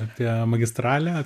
apie magistralę